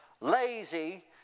lazy